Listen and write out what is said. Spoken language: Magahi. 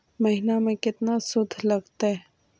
महिना में केतना शुद्ध लगतै?